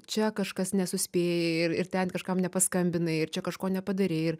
čia kažkas nesuspė ir ten kažkam nepaskambinai ir čia kažko nepadarei